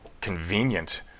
convenient